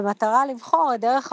במטרה לבחור את דרך הפעולה,